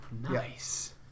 nice